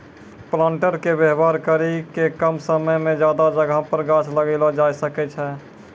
planter के वेवहार करी के कम समय मे ज्यादा जगह पर गाछ लगैलो जाय सकै छै